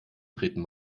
treten